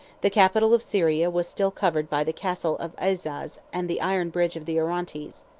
the capital of syria was still covered by the castle of aazaz and the iron bridge of the orontes.